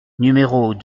numéros